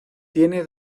tiene